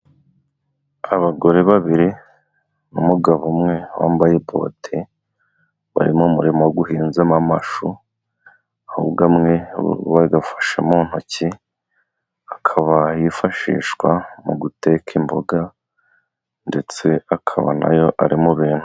Abagore babiri n'umugabo umwe wambaye bote, bari mu murima uhinzemo amashu, ahubwo amwe bayafashe mu ntoki, akaba yifashishwa mu guteka imboga ndetse akaba nayo ari mu bintu.